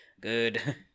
good